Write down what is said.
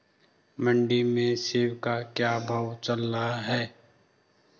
मंडी में सेब का क्या भाव चल रहा है?